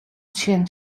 tsjin